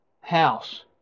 house